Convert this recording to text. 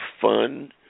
fun